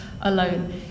alone